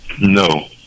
No